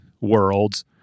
worlds